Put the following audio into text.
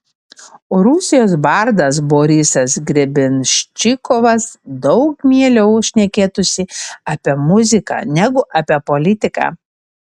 o rusijos bardas borisas grebenščikovas daug mieliau šnekėtųsi apie muziką negu apie politiką